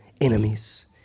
enemies